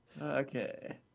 Okay